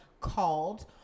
called